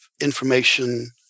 information